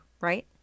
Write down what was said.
right